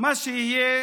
מה שיהיה